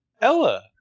Ella